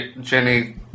Jenny